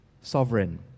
sovereign